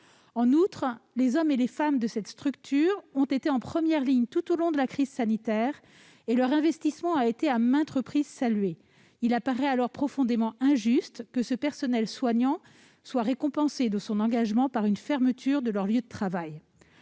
De surcroît, les hommes et femmes de cette structure ont été en première ligne tout au long de la crise sanitaire et leur investissement a été à maintes reprises salué. Il apparaîtrait dès lors profondément injuste que ces personnels soignants soient récompensés de leur engagement par une fermeture de leur lieu de travail.